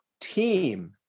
team